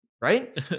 right